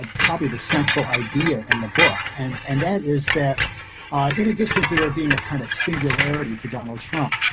ah probably the central idea in the book. and and that is that in addition to there being a kind of singularity to donald trump,